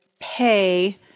pay